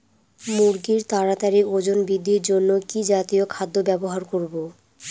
মুরগীর তাড়াতাড়ি ওজন বৃদ্ধির জন্য কি জাতীয় খাদ্য ব্যবহার করব?